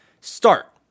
Start